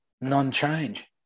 non-change